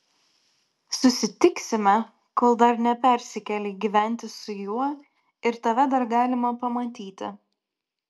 susitiksime kol dar nepersikėlei gyventi su juo ir tave dar galima pamatyti